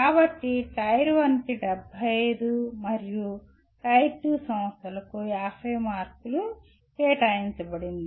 కాబట్టి టైర్ 1 కి 75 మరియు టైర్ 2 సంస్థలకు 50 మార్కులు కేటాయించబడింది